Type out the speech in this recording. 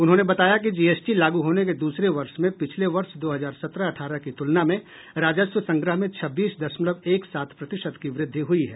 उन्होंने बताया कि जीएसटी लागू होने के दूसरे वर्ष में पिछले वर्ष दो हजार सत्रह अठारह की तुलना में राजस्व संग्रह में छब्बीस दशमलव एक सात प्रतिशत की वृद्धि हुई है